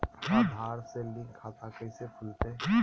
आधार से लिंक खाता कैसे खुलते?